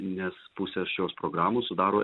nes pusę šios programos sudaro